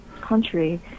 country